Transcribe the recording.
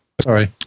Sorry